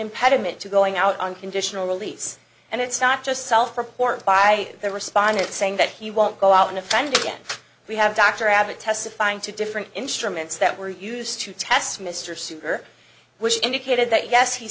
impediment to going out on conditional release and it's not just self report by the respondent saying that he won't go out and if and again we have dr abbott testifying to different instruments that were used to test mr super which indicated that yes he